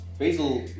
Basil